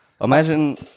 imagine